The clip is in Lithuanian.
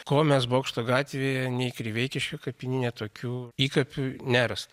ko mes bokšto gatvėje nei kriveikiškių kapinyne tokių įkapių nerasta